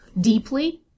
deeply